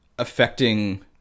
affecting